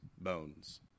bones